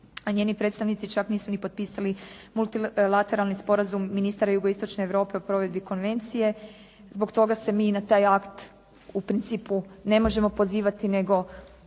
a njeni predstavnici čak nisu ni potpisali multilateralni sporazum ministara jugoistočne Europe o provedbi konvencije. Zbog toga se mi na taj akt u principu ne možemo pozivati